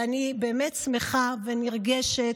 ואני באמת שמחה ונרגשת.